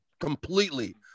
completely